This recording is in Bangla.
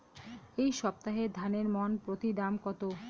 এই সপ্তাহে ধানের মন প্রতি দাম কত?